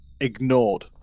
ignored